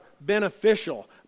beneficial